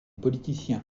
politiciens